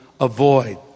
avoid